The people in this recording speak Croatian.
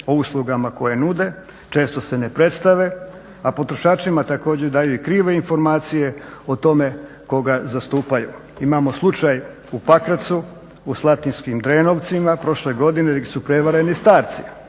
o uslugama koje nude, često se ne predstave, a potrošačima također daju i krive informacije o tome koga zastupaju. Imamo slučaj u Pakracu, u Slatinskim Drenovcima prošle godine gdje su prevareni starci.